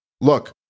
look